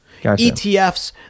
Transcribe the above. ETFs